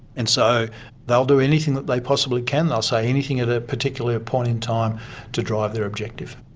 and so they'll do anything that they possibly can, they'll say anything at a particular point in time to drive their objective.